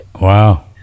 Wow